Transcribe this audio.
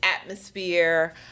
atmosphere